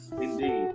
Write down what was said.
Indeed